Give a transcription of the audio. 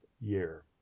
Year